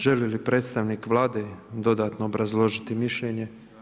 Želi li predstavnik Vlade dodatno obrazložiti mišljenje.